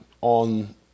on